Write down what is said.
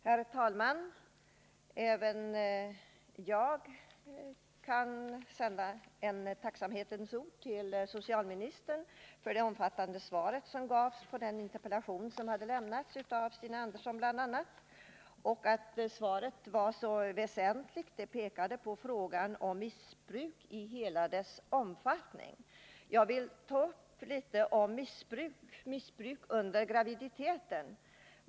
Herr talman! Även jag vill rikta några tacksamhetens ord till socialministern för det omfattande svar som gavs på den interpellation som hade framställts av Stina Andersson. Svaret var väsentligt och pekade på problemet med missbruk i hela dess omfattning. Jag vill säga något om missbruk under graviditeten.